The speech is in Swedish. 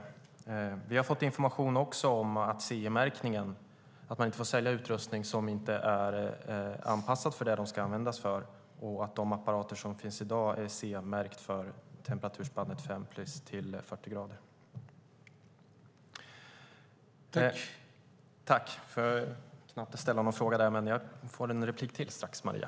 Vi har också fått information om CE-märkningen. Man får inte sälja utrustning som inte är anpassad för det den ska användas till, och de apparater som finns i dag är CE-märkta för temperaturspannet plus 5 till 40 grader. Jag hann inte ställa någon fråga, men jag får en replik till strax, Maria.